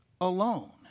alone